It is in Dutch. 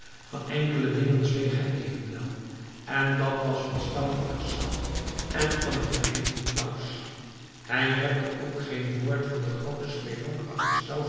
van enkele dingen zweeg hij evenwel en dat was van stauffachers schat en van het geheim van claus hij repte ook geen woord van de groote spelonk